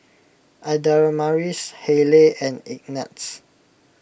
Adamaris Hayleigh and Ignatz